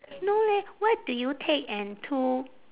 no leh what do you take and to